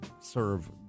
serve